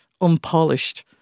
unpolished